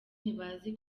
ntibazi